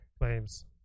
claims